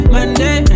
Monday